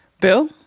Bill